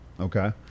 Okay